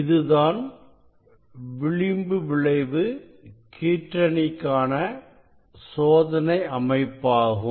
இதுதான் விளிம்பு விளைவு கீற்றணிக்காண சோதனை அமைப்பாகும்